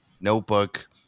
Notebook